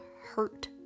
hurt